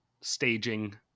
staging